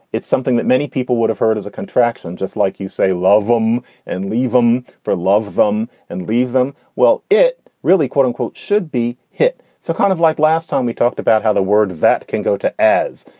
it's something that many people would have heard as a contraction, just like you say, love them and leave them for love them and leave them. well, it really, quote unquote, should be hit. so kind of like last time we talked about how the word that can go to as.